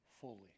fully